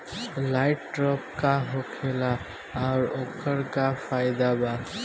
Light trap का होखेला आउर ओकर का फाइदा बा?